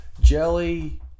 Jelly